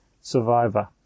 survivor